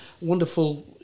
wonderful